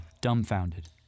dumbfounded